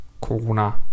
Corona